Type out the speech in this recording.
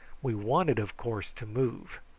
we wanted, of course, to move,